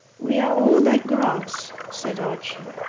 we are all like grass, said archie,